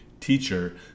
teacher